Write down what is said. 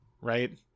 right